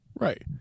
Right